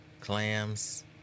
clams